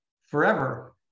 forever